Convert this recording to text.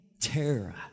terra